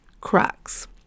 cracks